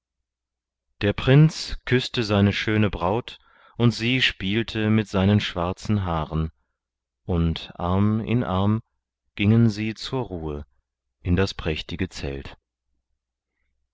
der prinz küßte seine schöne braut und sie spielte mit seinen schwarzen haaren und arm in arm gingen sie zur ruhe in das prächtige zelt